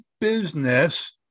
business